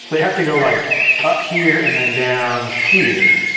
so you have to go like up here and then down here.